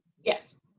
Yes